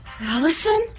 Allison